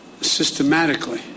systematically